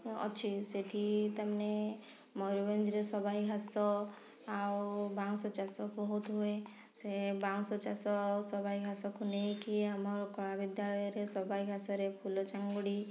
ଅଛି ସେଠି ତାମାନେ ମୟୁରଭଞ୍ଜରେ ସବାଇ ଘାସ ଆଉ ବାଉଁଶ ଚାଷ ବହୁତ ହୁଏ ସେ ବାଉଁଶ ଚାଷ ସବାଇ ଘାସକୁ ନେଇକି ଆମର କଳା ବିଦ୍ୟାଳୟରେ ସବାଇ ଘାସରେ ଫୁଲ ଚାଙ୍ଗୁଡ଼ି